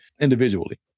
individually